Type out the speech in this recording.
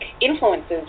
influences